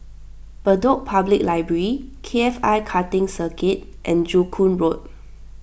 Bedok Public Library K F I Karting Circuit and Joo Koon Road